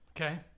Okay